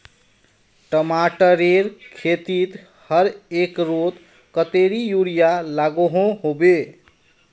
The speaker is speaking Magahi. टमाटरेर खेतीत हर एकड़ोत कतेरी यूरिया लागोहो होबे?